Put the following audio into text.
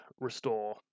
restore